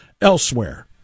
elsewhere